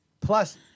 Plus